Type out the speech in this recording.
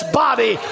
body